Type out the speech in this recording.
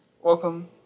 Welcome